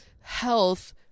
health